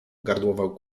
gardłował